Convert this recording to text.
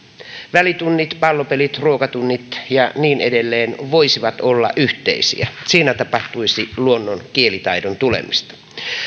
välitunnit pallopelit ruokatunnit ja niin edelleen voisivat olla yhteisiä siinä tapahtuisi luonnon kielitaidon tulemista